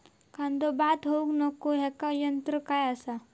कांदो बाद होऊक नको ह्याका तंत्र काय असा?